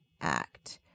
act